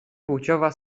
płciowa